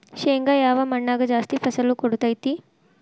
ಶೇಂಗಾ ಯಾವ ಮಣ್ಣಾಗ ಜಾಸ್ತಿ ಫಸಲು ಕೊಡುತೈತಿ?